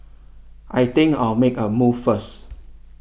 I think I'll make a move first